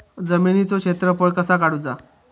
जमिनीचो क्षेत्रफळ कसा काढुचा?